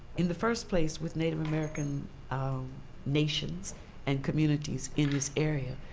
in the first place with native american nations and communities in this area,